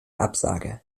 absage